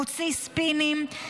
מוציא ספינים,